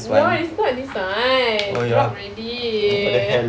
no it's not this one dropped already